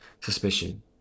suspicion